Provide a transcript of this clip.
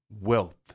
Wealth